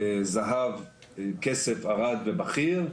זהב, כסף, ארד ובכיר.